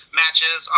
matches